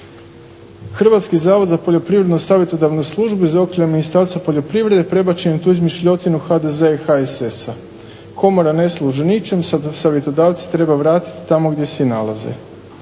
Hrvatski zavod za poljoprivredno savjetodavnu službu iz … Ministarstva poljoprivrede prebačen je tu izmišljotinu HDZ i HSS-a. komora ne služi ničemu, savjetodavce treba vratiti tamo gdje se i nalaze.